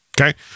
Okay